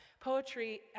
Poetry